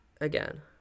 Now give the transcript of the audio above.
again